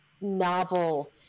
novel